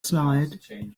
slide